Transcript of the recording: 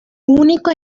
único